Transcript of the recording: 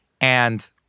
And-